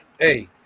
hey